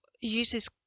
uses